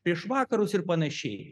prieš vakarus ir panašiai